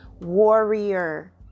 warrior